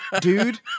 dude